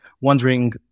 wondering